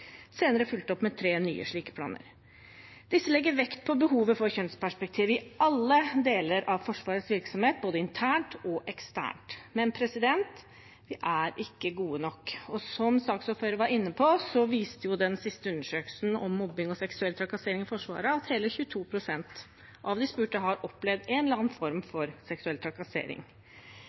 senere ble fulgt opp med tre nye slike planer. Disse legger vekt på behovet for kjønnsperspektivet i alle deler av Forsvarets virksomhet, både internt og eksternt. Men vi er ikke gode nok. Som saksordføreren var inne på, viste jo den siste undersøkelsen om mobbing og seksuell trakassering i Forsvaret at hele 22 pst. av de spurte har opplevd en eller annen form for seksuell trakassering.